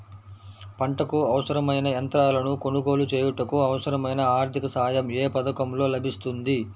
పంటకు అవసరమైన యంత్రాలను కొనగోలు చేయుటకు, అవసరమైన ఆర్థిక సాయం యే పథకంలో లభిస్తుంది?